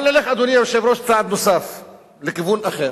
אבל נלך, אדוני היושב-ראש, צעד נוסף לכיוון אחר.